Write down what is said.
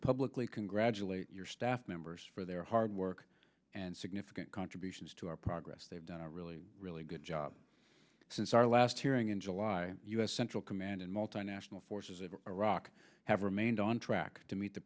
publicly congratulate your staff members for their hard work and significant contributions to our progress they've done a really really good job since our last hearing in july u s central command and multinational forces in iraq have remained on track to meet the